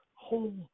whole